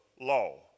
law